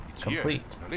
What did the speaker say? Complete